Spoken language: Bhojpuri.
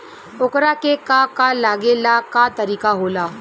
ओकरा के का का लागे ला का तरीका होला?